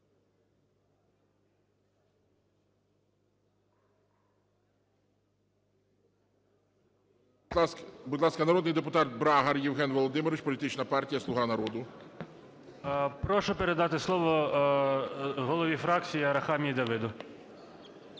Будь ласка, народний депутат Брагар Євген Володимирович, політична партія "Слуга народу". 11:32:47 БРАГАР Є.В. Прошу передати слово голові фракції Арахамії Давиду.